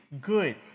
good